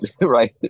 Right